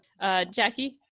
Jackie